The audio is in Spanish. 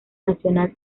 nacional